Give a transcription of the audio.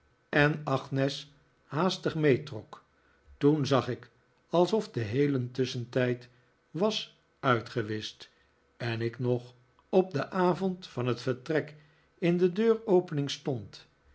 en agnes haastig meetrok toen zag ik alsof de heele tusschentijd was uitgewischt en ik nog op den avond van het vertrek in de deuropening stond